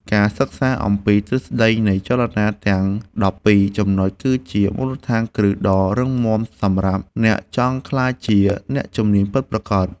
ការសិក្សាអំពីទ្រឹស្តីនៃចលនាទាំងដប់ពីរចំណុចគឺជាមូលដ្ឋានគ្រឹះដ៏រឹងមាំសម្រាប់អ្នកចង់ក្លាយជាអ្នកជំនាញពិតប្រាកដ។